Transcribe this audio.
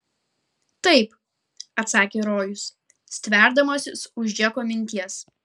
taip atsakė rojus stverdamasis už džeko minties